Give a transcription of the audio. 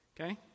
Okay